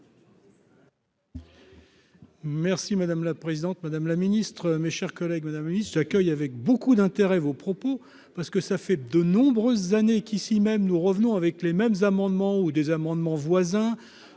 Merci madame la présidente, madame la ministre, mes chers collègues Madame Nice accueille avec beaucoup d'intérêt vos propos parce que ça fait de nombreuses années qu'ici même, nous revenons avec les mêmes amendements ou des amendements voisin